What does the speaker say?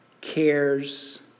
cares